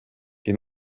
che